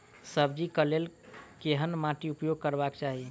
सब्जी कऽ लेल केहन माटि उपयोग करबाक चाहि?